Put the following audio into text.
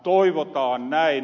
toivotaan näin